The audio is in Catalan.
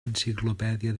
enciclopèdia